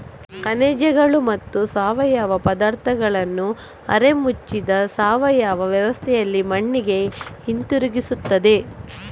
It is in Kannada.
ಖನಿಜಗಳು ಮತ್ತು ಸಾವಯವ ಪದಾರ್ಥಗಳನ್ನು ಅರೆ ಮುಚ್ಚಿದ ಸಾವಯವ ವ್ಯವಸ್ಥೆಯಲ್ಲಿ ಮಣ್ಣಿಗೆ ಹಿಂತಿರುಗಿಸುತ್ತದೆ